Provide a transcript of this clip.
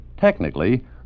Technically